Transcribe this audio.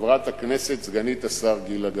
חברת הכנסת סגנית השר גילה גמליאל.